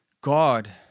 God